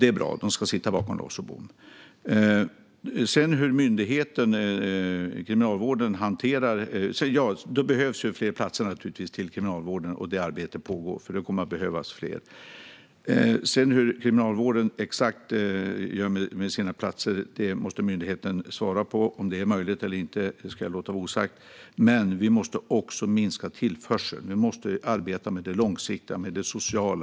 De här personerna ska sitta bakom lås och bom, och då behövs naturligtvis fler platser till Kriminalvården. Detta arbete pågår, för det kommer som sagt att behövas fler. Hur Kriminalvården sedan exakt gör med sina platser och om detta är möjligt eller inte måste myndigheten svara på. Det ska jag låta vara osagt. Men vi måste också minska tillförseln. Vi måste arbeta med det långsiktiga och det sociala.